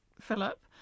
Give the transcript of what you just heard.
Philip